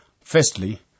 Firstly